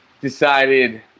decided